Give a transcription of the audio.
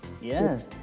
Yes